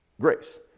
grace